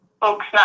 folks